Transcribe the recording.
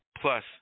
Plus